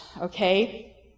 okay